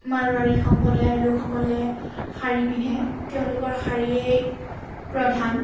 মাৰোৱাৰী সম্প্ৰদায়ৰ লোকসকলে শাৰী পিন্ধে তেওঁলোকৰ শাৰীয়ে প্ৰধান